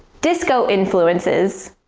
disco influences,